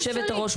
יושבת הראש,